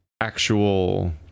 actual